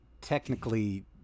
technically